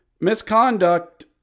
misconduct